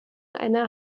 einer